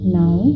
now